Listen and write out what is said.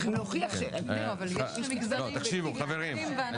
צריכים להוכיח --- תקשיבו חברים,